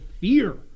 fear